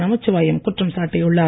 நமச்சிவாயம் குற்றம் சாட்டியுள்ளார்